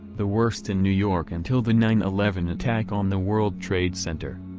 the worst in new york until the nine eleven attack on the world trade center.